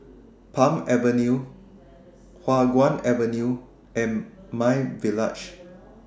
Palm Avenue Hua Guan Avenue and MyVillage